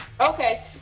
Okay